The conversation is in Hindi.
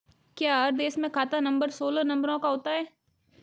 क्या हर देश में खाता नंबर सोलह नंबरों का होता है?